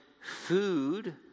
food